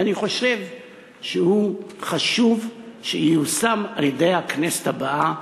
ואני חושב שחשוב שהוא ייושם על-ידי הכנסת הבאה